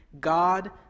God